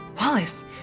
Wallace